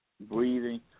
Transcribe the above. breathing